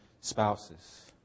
spouses